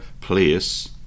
place